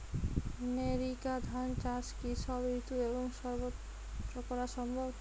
NERICA ধান চাষ কি সব ঋতু এবং সবত্র করা সম্ভব?